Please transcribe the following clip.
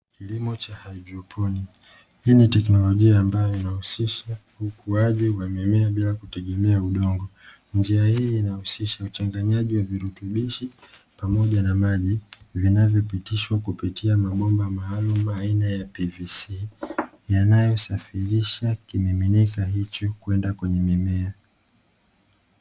Kilimo cha haidroponi, hii ni tekinolojia ambayo inahusisha ukuaji wa mimea bila kutegemea udongo. Njia hii inahusisha uchanganyaji wa virutubishi pamoja na maji, vinavyopitishwa kupitia mabomba maalumu aina ya "pvc", yanayosafirisha kimiminika hicho kwenda kwenye mimea.